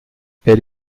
elle